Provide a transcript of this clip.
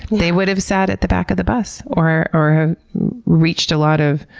they would have sat at the back of the bus or or have reached a lot of.